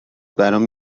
برام